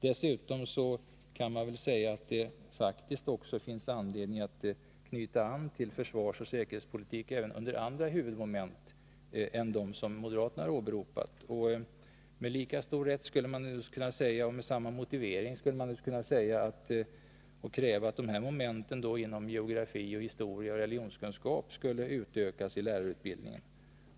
Dessutom kan man faktiskt säga att det finns anledning att knyta an till försvarsoch säkerhetspolitiken även under andra huvudmoment än dem som moderaterna tagit upp. Med lika stor rätt och med samma motivering skulle man kunna kräva att dessa moment inom geografi, historia och religionskunskap skulle utökas i lärarutbildningen.